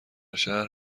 شهر